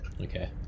Okay